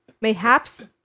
Mayhaps